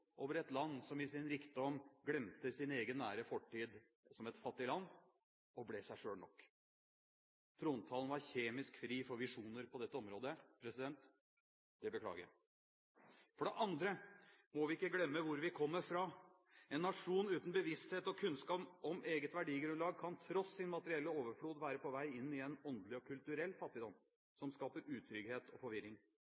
over et land som i sin rikdom glemte sin egen nære fortid som et fattig land og ble seg selv nok. Trontalen var kjemisk fri for visjoner på dette området. Det beklager jeg. For det andre må vi ikke glemme hvor vi kommer fra. En nasjon uten bevissthet og kunnskap om eget verdigrunnlag kan tross sin materielle overflod være på vei inn i en åndelig og kulturell fattigdom